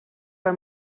bei